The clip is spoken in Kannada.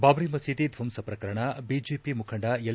ಬಾಬ್ರಿ ಮಸೀದಿ ದ್ವಂಸ ಪ್ರಕರಣ ಬಿಜೆಪಿ ಮುಖಂಡ ಎಲ್